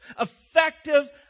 effective